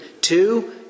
Two